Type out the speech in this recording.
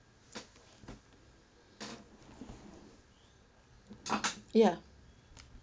ya